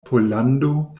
pollando